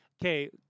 Okay